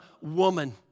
woman